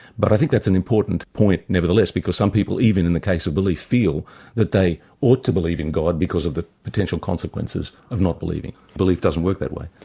but i think that's an important point nevertheless, because some people, even in the case of belief, feel that they ought to believe in god because of the potential consequences of not believing. belief doesn't work that way.